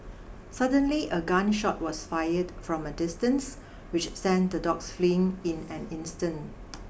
suddenly a gun shot was fired from a distance which sent the dogs fleeing in an instant